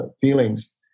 feelings